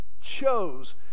chose